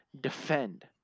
defend